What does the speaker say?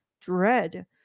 Dread